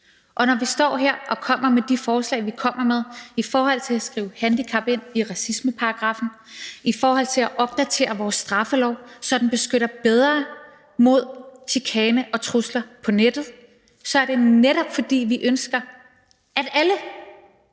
Og når vi står her og kommer med de forslag, vi kommer med, i forhold til at skrive handicap ind i racismeparagraffen og i forhold til at opdatere vores straffelov, så den beskytter bedre mod chikane og trusler på nettet, er det, netop fordi vi ønsker, at alle